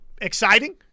exciting